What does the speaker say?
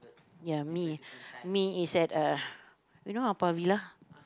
ya me me is at a you know Haw-Par-Villa